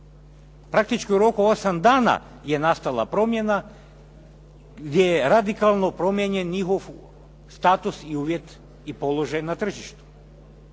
Praktički u 8 dana je nastala promjena gdje je radikalno promijenjen njihov status i uvjet i položaj na tržištu.